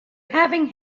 having